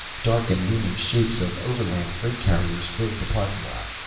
dark and looming shapes of overland freight carriers filled the parking lot.